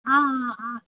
हा हा